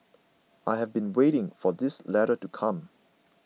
I have been waiting for this letter to come